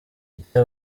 icyo